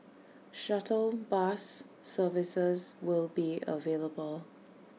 shuttle bus services will be available